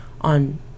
on